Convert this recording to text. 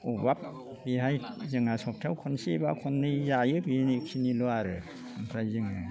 अभाब बेहाय जोंहा सप्तायाव खनसे बा खननै जायो बेखिनिल' आरो ओमफ्राय जोङो